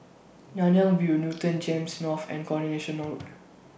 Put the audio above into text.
Nanyang View Newton Gems North and Coronation Road